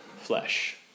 flesh